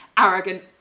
arrogant